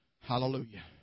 Hallelujah